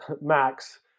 max